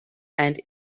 and